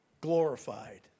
glorified